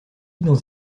dans